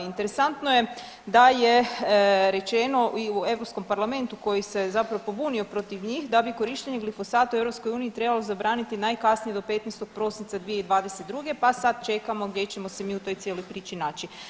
Interesantno je da je rečeno i u Europskom parlamentu koji se zapravo pobunio protiv njih da bi korištenje glifosata u EU trebalo zabraniti najkasnije do 15. prosinca 2022. pa sad čekamo gdje ćemo se mi u toj cijeloj priči naći.